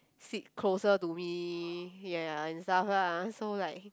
sit closer to me ya ya and stuff lah so like